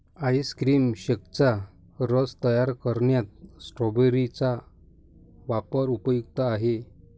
ice cream शेकचा रस तयार करण्यात स्ट्रॉबेरी चा वापर उपयुक्त आहे